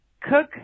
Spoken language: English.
Cook